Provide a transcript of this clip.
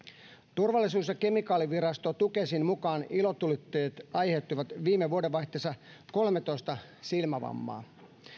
turvallisuus ja kemikaalivirasto tukesin mukaan ilotulitteet aiheuttivat viime vuodenvaihteessa kolmetoista silmävammaa